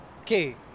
Okay